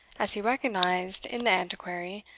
as he recognised, in the antiquary,